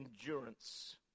endurance